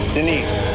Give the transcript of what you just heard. Denise